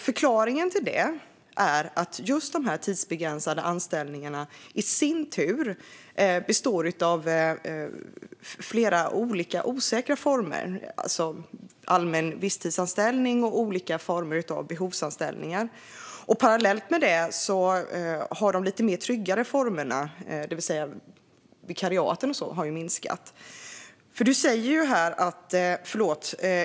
Förklaringen till det är att just de tidsbegränsade anställningarna i sin tur består av flera olika osäkra former, det vill säga allmän visstidsanställning och olika former av behovsanställningar. Parallellt med detta har de lite mer trygga formerna, till exempel vikariat, minskat.